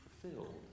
fulfilled